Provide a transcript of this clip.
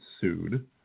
sued